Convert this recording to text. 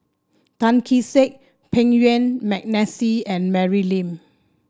Tan Kee Sek Yuen Peng McNeice and Mary Lim